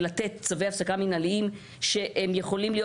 לתת צווי הפסקה מנהליים שיכולים להיות